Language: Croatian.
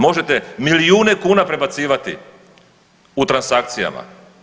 Možete milijune kuna prebacivati u transakcijama.